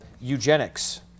eugenics